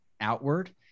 outward